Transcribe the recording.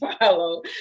follow